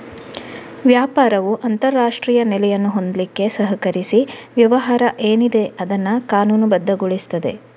ವ್ಯಾಪಾರವು ಅಂತಾರಾಷ್ಟ್ರೀಯ ನೆಲೆಯನ್ನು ಹೊಂದ್ಲಿಕ್ಕೆ ಸಹಕರಿಸಿ ವ್ಯವಹಾರ ಏನಿದೆ ಅದನ್ನ ಕಾನೂನುಬದ್ಧಗೊಳಿಸ್ತದೆ